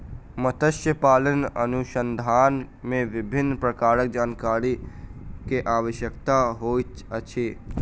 मत्स्य पालन अनुसंधान मे विभिन्न प्रकारक जानकारी के आवश्यकता होइत अछि